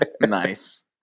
nice